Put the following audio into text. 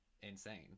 insane